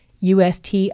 UST